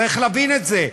צריך להבין את זה,